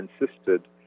insisted